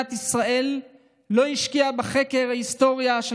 מדינת ישראל לא השקיעה בחקר ההיסטוריה של